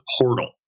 portal